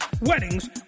weddings